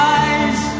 eyes